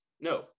no